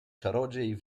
czarodziej